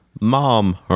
mom